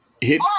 Hit